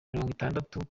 mirongwitandatu